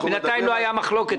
בינתיים לא הייתה אפילו מחלוקת.